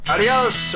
Adios